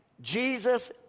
Jesus